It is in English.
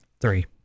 three